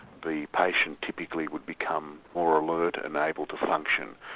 the patient typically would become more alert and able to function.